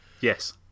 Yes